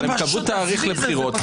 הם קבעו תאריך לבחירות.